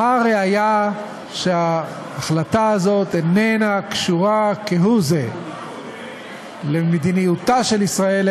והראיה שההחלטה הזאת איננה קשורה כהוא-זה למדיניותה של ישראל,